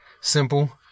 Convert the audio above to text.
Simple